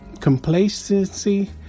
complacency